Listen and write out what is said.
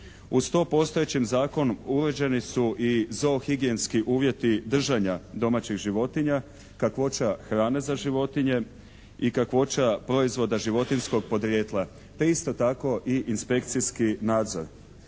Uz to u postojećem zakonu uvaženi su i zoo higijenski uvjeti držanja domaćih životinja, kakvoća hrane za životinje i kakvoća proizvoda životinjskog porijekla. Te isto tako i inspekcijski nadzor.